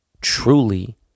truly